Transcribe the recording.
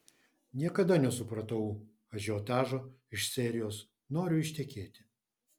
niekada nesupratau ažiotažo iš serijos noriu ištekėti